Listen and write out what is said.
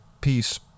Peace